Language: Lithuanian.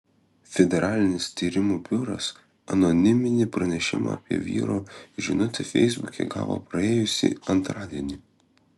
federalinis tyrimų biuras anoniminį pranešimą apie vyro žinutę feisbuke gavo praėjusį antradienį